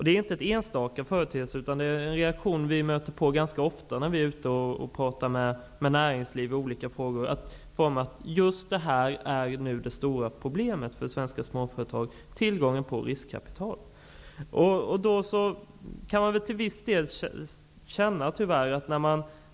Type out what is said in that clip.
Det stora problemet för svenska småföretag är just nu tillgången på riskkapital. Det är inte en enstaka företeelse, utan det är en reaktion som vi möter ganska ofta när vi i olika sammanhang är ute och talar med representanter för näringslivet.